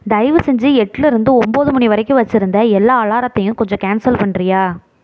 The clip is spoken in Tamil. தயவுசெஞ்சி எட்டுலருந்து ஒம்போது மணி வரைக்கும் வச்சுருந்த எல்லா அலாரத்தையும் கொஞ்சம் கேன்சல் பண்ணுறியா